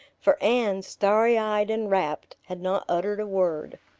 for anne, starry eyed and rapt, had not uttered a word.